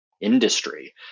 industry